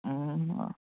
অঁ